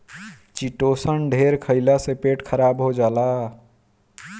chitosan ढेर खईला से पेट खराब हो जाला